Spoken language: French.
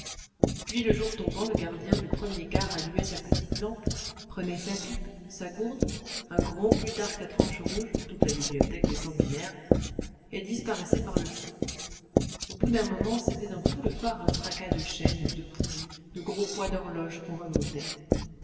puis le jour tombant le gardien du premier quart allumait sa petite lampe prenait sa pipe sa gourde un gros plutarque à tranche rouge toute la bibliothèque des sanguinaires et disparaissait par le fond au bout d'un moment c'était dans tout le phare un fracas de chaînes de poulies de gros poids d'horloges qu'on remontait